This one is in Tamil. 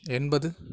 எண்பது